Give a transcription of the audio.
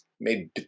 made